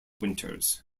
winters